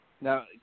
Now